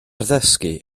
ddysgu